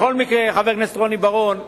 בכל מקרה, חבר הכנסת רוני בר-און,